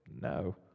No